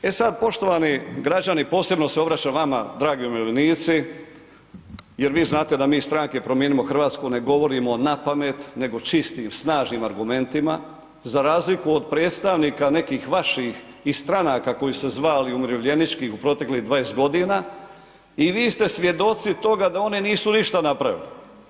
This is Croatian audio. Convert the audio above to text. E sad poštovani građani, posebno se obraćam vama dragi umirovljenici jer vi znate da mi iz stranke Promijenimo Hrvatsku ne govorimo na pamet nego čistim, snažnim argumentima za razliku od predstavnika nekih vaših i stranaka kojih su se zavali umirovljeničkih u proteklih 20 godina i vi ste svjedoci toga da oni nisu ništa napravili.